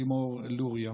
לימור לוריא.